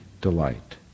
delight